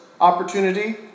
opportunity